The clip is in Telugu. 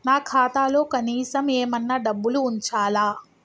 నా ఖాతాలో కనీసం ఏమన్నా డబ్బులు ఉంచాలా?